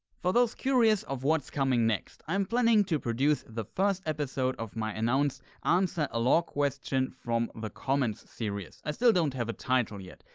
for those curious of what's coming next i'm planning to produce the first episode of the my announced answer a lore question from the comments series i still don't have a title yet.